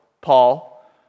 Paul